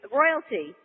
royalty